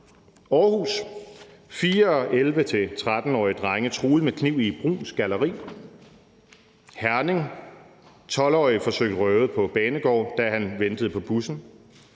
Aarhus: Fire 11-13-årige drenge truet med kniv i Bruuns Galleri. Herning: »12-årig forsøgt røvet på banegård, da han ventede på bussen«.